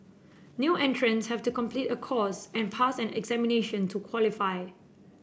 new entrants have to complete a course and pass an examination to qualify